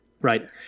right